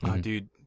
Dude